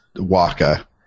Waka